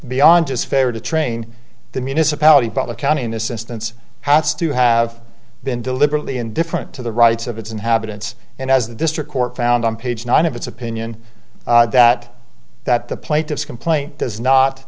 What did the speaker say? beyond just fair to train the municipality but the county in this instance has to have been deliberately indifferent to the rights of its inhabitants and as the district court found on page nine of its opinion that that the plaintiffs complaint does not